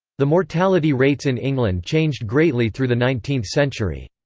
the mortality rates in england changed greatly through the nineteenth century.